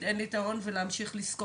"אין לי את ההון העצמי" ולהמשיך לשכור.